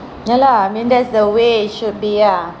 ya lah I mean that's the way it should be ah